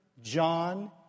John